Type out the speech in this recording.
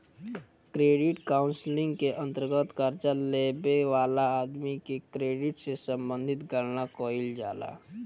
credit counselling के अंतर्गत कर्जा लेबे वाला आदमी के क्रेडिट से संबंधित गणना कईल जाला